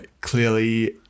clearly